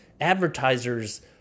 advertisers